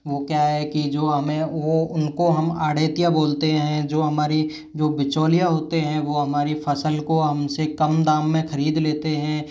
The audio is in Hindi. वो क्या है कि जो हमें वो उनको हम आढ़तिया बोलते हैं जो हमारी जो बिचौलिया होते हैं वो हमारी फ़सल को हमसे कम दाम में ख़रीद लेते हैं